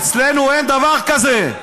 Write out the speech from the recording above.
אצלנו אין דבר כזה.